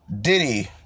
Diddy